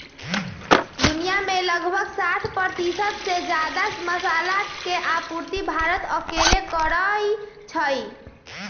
दुनिया में लगभग साठ परतिशत से जादा मसाला के आपूर्ति भारत अकेले करई छई